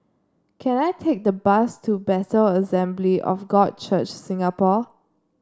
can I take the bus to Bethel Assembly of God Church Singapore